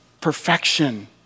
perfection